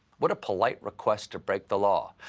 what a polite request to break the law.